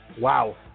Wow